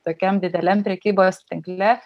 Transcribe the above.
tokiam dideliam prekybos tinkle